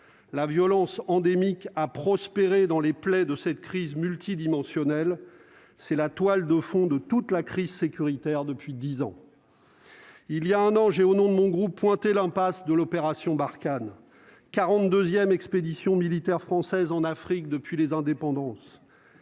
la violence endémique à prospérer dans les plaies de cette crise multidimensionnelle c'est la toile de fond de toute la crise sécuritaire depuis 10 ans. Il y a un an, j'ai, au nom de mon groupe pointé l'impasse de l'opération Barkhane 42ème expéditions militaires françaises en Afrique depuis les indépendances